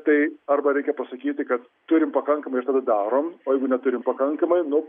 tai arba reikia pasakyti kad turim pakankamai ir tada darom o jeigu neturim pakankamai nu